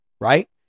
Right